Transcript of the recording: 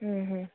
ହୁଁ ହୁଁ